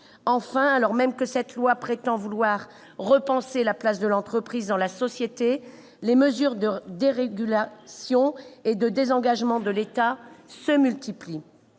Enfin, alors que ce projet de loi prétend vouloir repenser la place de l'entreprise dans la société, les mesures de dérégulation et de désengagement de l'État se multiplient.